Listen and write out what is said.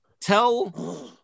tell